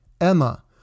Emma